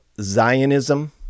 Zionism